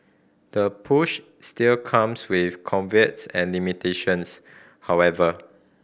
the push still comes with caveats and limitations however